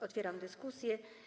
Otwieram dyskusję.